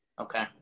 Okay